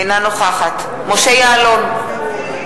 אינה נוכחת משה יעלון,